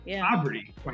poverty